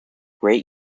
great